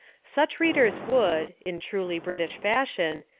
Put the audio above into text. such readers would, in truly british fashion,